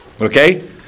Okay